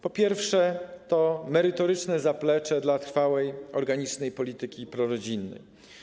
Po pierwsze, to merytoryczne zaplecze dla trwałej, organicznej polityki prorodzinnej.